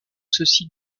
ceci